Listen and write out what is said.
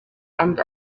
and